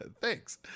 Thanks